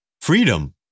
Freedom